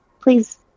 please